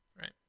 right